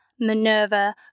Minerva